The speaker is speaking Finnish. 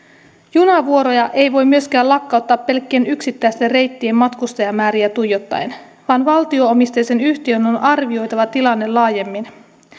junavuoroja ei voi myöskään lakkauttaa pelkkien yksittäisten reittien matkustajamääriä tuijottaen vaan valtio omisteisen yhtiön on on arvioitava tilanne laajemmin